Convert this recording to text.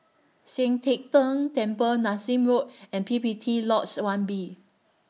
Sian Teck Tng Temple Nassim Road and P P T Lodge one B